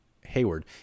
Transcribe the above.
hayward